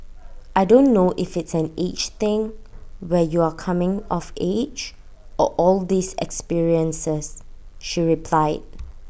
I don't know if it's an age thing where you're coming of age or all these experiences she replied